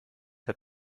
hat